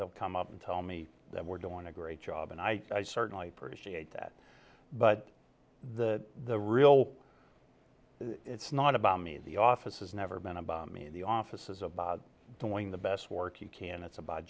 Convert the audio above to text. they'll come up and tell me that we're doing a great job and i certainly appreciate that but the the real it's not about me the office has never been about me the office is about doing the best work you can it's about